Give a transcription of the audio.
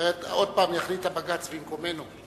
עוד פעם יחליט הבג"ץ במקומנו.